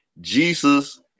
Jesus